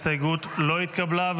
ההסתייגות לא התקבלה.